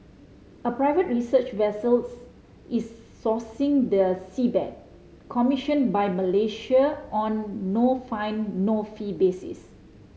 a private research vessels is scouring the seabed commissioned by Malaysia on no find no fee basis